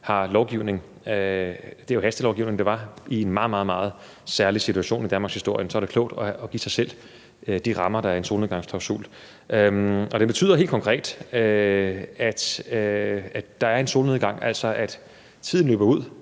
var i en meget, meget særlig situation i danmarkshistorien. Og så er det klogt at give sig selv de rammer, der er i en solnedgangsklausul. Det betyder helt konkret, at der er en solnedgang, altså at tiden løber ud